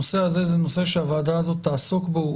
הנושא הזה זה נושא שהוועדה הזאת תעסוק בו.